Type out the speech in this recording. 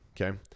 okay